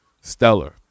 stellar